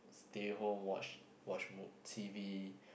stay home watch watch mo~ T_V